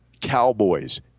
Cowboys